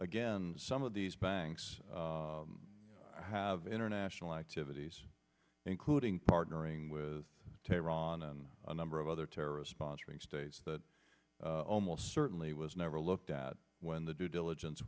again some of these banks have international activities including partnering with tehran and a number of other terrorist sponsoring states that almost certainly was never looked at when the due diligence